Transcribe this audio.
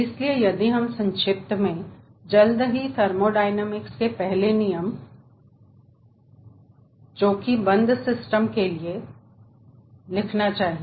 इसलिए यदि हम संक्षिप्त में जल्दी से थर्मोडायनामिक्स के पहले नियम पहले हमें बंद सिस्टम के लिए थर्मोडायनामिक्स का पहला नियम लिखना चाहिए